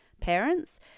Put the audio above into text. parents